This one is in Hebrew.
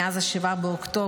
מאז 7 באוקטובר.